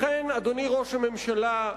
לכן, אדוני ראש הממשלה,